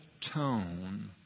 tone